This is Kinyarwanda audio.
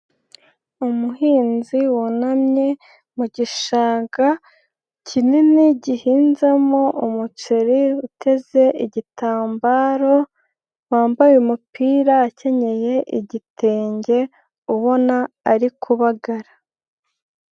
Umuhinzi wunamye mu gishanga kinini gihinzamo umuceri uteze igitambaro, wambaye umupira akenyeye igitenge, ubona ari kubagara.